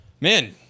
man